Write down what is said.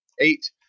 eight